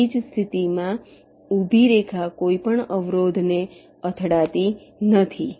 એવી જ સ્થિતિ માં ઊભી રેખા કોઈપણ અવરોધને અથડાતી નથી